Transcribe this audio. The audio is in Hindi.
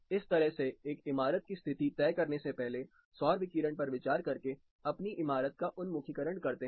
इस तरह सेएक इमारत की स्थिति तय करने से पहले सौर विकिरण पर विचार करके अपनी इमारत का उन्मुखीकरण करते हैं